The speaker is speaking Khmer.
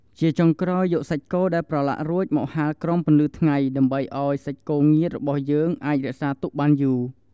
ជាចុងក្រោយយកសាច់គោដែលប្រឡាក់រួចមកហាលក្រោមពន្លឺថ្ងៃដើម្បីធ្វើឲ្យសាច់គោងៀតរបស់យើងអាចរក្សាទុកបានយូរ។